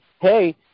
hey